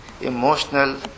emotional